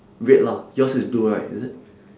red lah yours is blue right is it